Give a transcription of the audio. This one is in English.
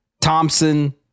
Thompson